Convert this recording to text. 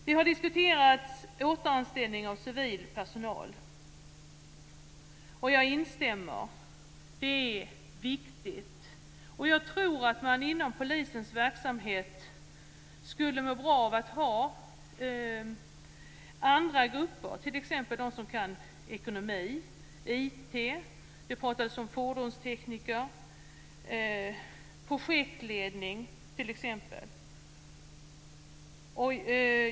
Det har diskuterats återanställning av civil personal, och jag instämmer i att det är en viktig fråga. Jag tror att man inom polisens verksamhet skulle må bra av att ha olika grupper, t.ex. de som kan ekonomi, IT och, som det talades om, fordonstekniker samt projektledning.